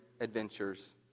adventures